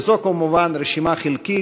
וזו כמובן רשימה חלקית.